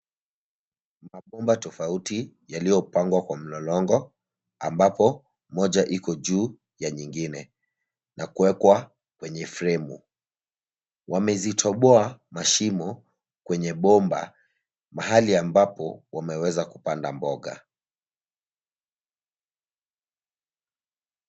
Mabomba tofauti, yaliyopangwa kwa mlolongo, ambapo moja iko juu ya nyingine, na kuwekwa kwenye fremu. Wamezitoboa mashimo kwenye bomba mahali ambapo wameweza kupanda mboga.